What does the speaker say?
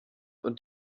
und